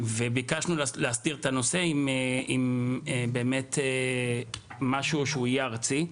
וביקשנו להסדיר את הנושא עם משהו שהוא יהיה ארצי.